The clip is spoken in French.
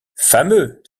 fameux